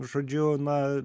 žodžiu na